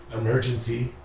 emergency